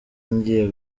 ngiye